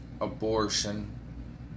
abortion